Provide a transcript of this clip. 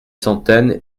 centaines